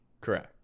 Correct